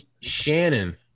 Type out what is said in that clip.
Shannon